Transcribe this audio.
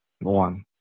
One